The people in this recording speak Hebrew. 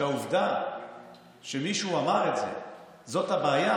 שהעובדה שמישהו אמר את זה זאת הבעיה,